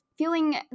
feeling